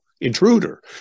intruder